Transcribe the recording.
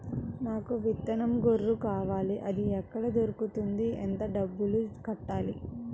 నాకు విత్తనం గొర్రు కావాలి? అది ఎక్కడ దొరుకుతుంది? ఎంత డబ్బులు కట్టాలి?